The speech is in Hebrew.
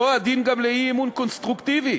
אותו הדין גם לאי-אמון קונסטרוקטיבי.